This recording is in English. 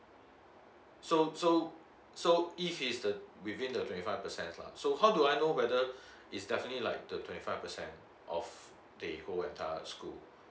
so so so if he's uh within the twenty five percent lah so how do I know whether it's definitely like the twenty five percent of they school